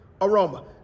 aroma